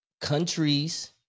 countries